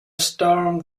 storm